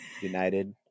United